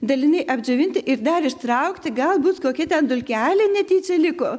daliniai apdžiovinti ir dar ištraukti galbūt kokia dulkelė netyčia liko